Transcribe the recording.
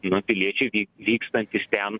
nu piliečiai vy vykstantys ten